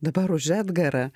dabar už edgarą